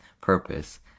purpose